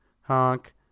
honk